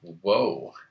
whoa